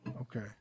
Okay